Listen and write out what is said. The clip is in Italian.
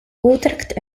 utrecht